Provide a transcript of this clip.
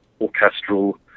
orchestral